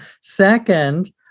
Second